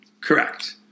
Correct